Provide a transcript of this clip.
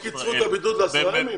לא קיצרו את הבידוד לעשרה ימים?